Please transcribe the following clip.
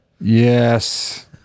yes